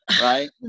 right